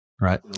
right